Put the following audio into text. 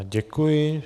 Děkuji.